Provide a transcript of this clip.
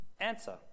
answer